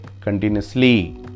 continuously